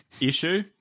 issue